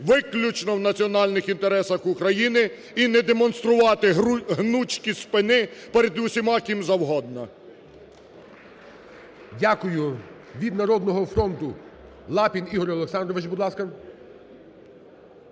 виключно в національних інтересах України і не демонструвати гнучкість спини перед усіма, ким завгодно. ГОЛОВУЮЧИЙ. Дякую. Від "Народного фронту" Лапін Ігор Олександрович, будь ласка.